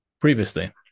previously